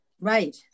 Right